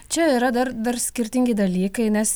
čia yra dar dar skirtingi dalykai nes